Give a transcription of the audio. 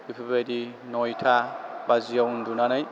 बिफोरबायदि नयता बाजियाव उन्दुनानै